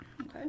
okay